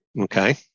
Okay